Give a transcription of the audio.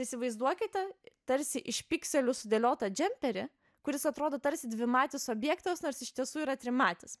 įsivaizduokite tarsi iš pikselių sudėliotą džemperį kuris atrodo tarsi dvimatis objektas nors iš tiesų yra trimatis